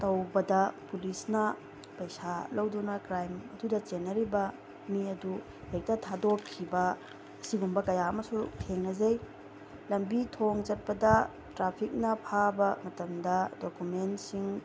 ꯇꯧꯕꯗ ꯄꯨꯂꯤꯁꯅ ꯄꯩꯁꯥ ꯂꯧꯗꯨꯅ ꯀ꯭ꯔꯥꯏꯝ ꯑꯗꯨꯗ ꯆꯦꯟꯅꯔꯤꯕ ꯃꯤ ꯑꯗꯨ ꯍꯦꯛꯇ ꯊꯥꯗꯣꯛꯈꯤꯕ ꯑꯁꯤꯒꯨꯝꯕ ꯀꯌꯥ ꯑꯃꯁꯨ ꯊꯦꯡꯅꯖꯩ ꯂꯝꯕꯤ ꯊꯣꯡ ꯆꯠꯄꯗ ꯇ꯭ꯔꯥꯐꯤꯛꯅ ꯐꯥꯕ ꯃꯇꯝꯗ ꯗꯣꯀꯨꯃꯦꯟꯁꯤꯡ